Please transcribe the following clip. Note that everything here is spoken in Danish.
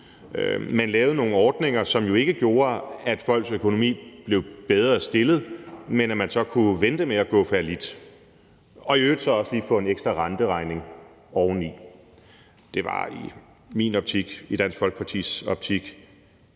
Man lavede nogle ordninger, som jo ikke gjorde, at folks økonomi blev bedre, men at man kunne vente med at gå fallit og i øvrigt så også lige få en ekstra renteregning oveni. Det var i min optik og i Dansk Folkepartis optik